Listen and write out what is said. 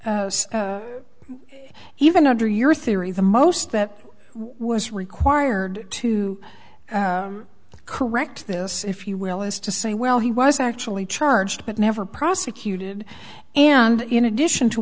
even under your theory the most that was required to correct this if you will is to say well he was actually charged but never prosecuted and in addition to